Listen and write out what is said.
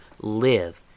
live